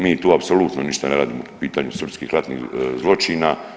Mi tu apsolutno ništa ne radimo po pitanju srpskih ratnih zločina.